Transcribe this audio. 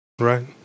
Right